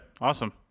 Awesome